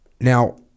Now